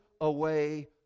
away